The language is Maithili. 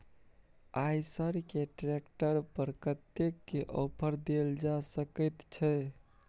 आयसर के ट्रैक्टर पर कतेक के ऑफर देल जा सकेत छै?